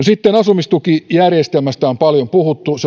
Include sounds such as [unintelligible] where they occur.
[unintelligible] sitten asumistukijärjestelmästä on paljon puhuttu se